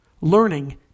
Learning